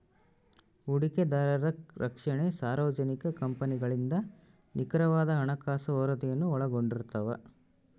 ಹೂಡಿಕೆದಾರರ ರಕ್ಷಣೆ ಸಾರ್ವಜನಿಕ ಕಂಪನಿಗಳಿಂದ ನಿಖರವಾದ ಹಣಕಾಸು ವರದಿಯನ್ನು ಒಳಗೊಂಡಿರ್ತವ